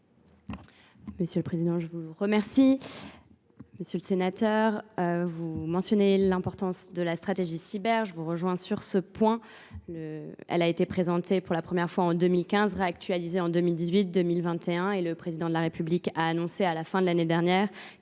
Quel est l’avis du Gouvernement ? Monsieur le sénateur, vous mentionnez l’importance de la stratégie cyber. Je vous rejoins sur ce point. Elle a été présentée pour la première fois en 2015, réactualisée en 2018 et en 2021 ; le Président de la République a annoncé à la fin de l’année dernière